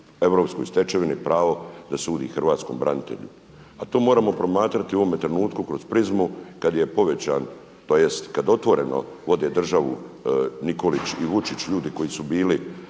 europskoj stečevini pravo da sudi hrvatskom branitelju. A tu moramo promatrati u ovome trenutku kroz prizmu kad je povećan, tj. kad otvoreno vode državu Nikolić i Vučić, ljudi koji su bili